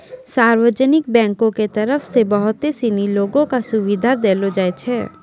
सार्वजनिक बैंको के तरफ से बहुते सिनी लोगो क सुविधा देलो जाय छै